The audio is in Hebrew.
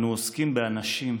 אנו עוסקים באנשים,